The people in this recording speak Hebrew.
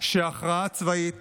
שהכרעה צבאית